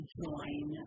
join